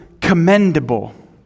commendable